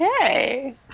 Okay